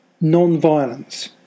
non-violence